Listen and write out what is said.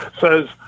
says